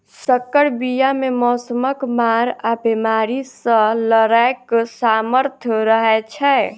सँकर बीया मे मौसमक मार आ बेमारी सँ लड़ैक सामर्थ रहै छै